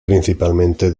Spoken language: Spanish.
principalmente